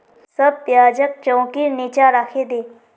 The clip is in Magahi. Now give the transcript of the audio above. सब प्याजक चौंकीर नीचा राखे दे